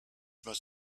must